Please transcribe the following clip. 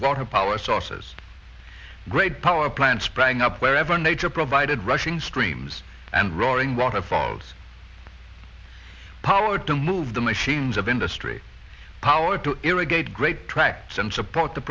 water power sources great power plants sprang up wherever nature provided rushing streams and roaring waterfalls power to move the machines of industry power to irrigate great tracts and support the